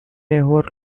never